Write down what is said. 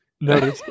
No